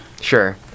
Sure